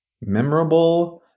memorable